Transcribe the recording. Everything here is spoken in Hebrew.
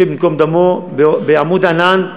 מעמנואל, השם ייקום דמו, ב"עמוד ענן".